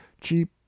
cheap